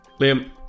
Liam